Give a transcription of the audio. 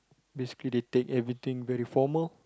basically they take everything very formal